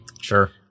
Sure